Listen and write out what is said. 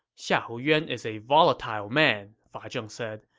xiahou yuan is a volatile man, fa zheng said.